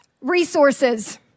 resources